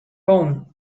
home